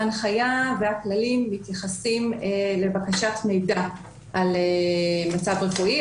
ההנחיה והכללים מתייחסים לבקשת מידע על מצב רפואי,